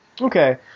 Okay